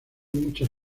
muchas